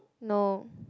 no